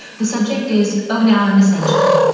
the subject is. oh, now i'm essential.